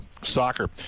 soccer